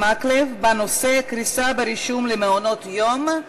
מקלב בנושא: קריסה ברישום למעונות-יום.